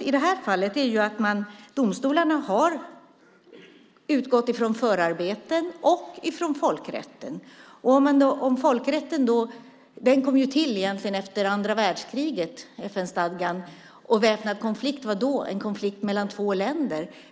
I det här fallet har domstolar utgått från förarbeten och från folkrätten. Folkrätten och FN-stadgan kom till efter andra världskriget, och "väpnad konflikt" var då en konflikt mellan två länder.